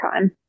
time